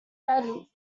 red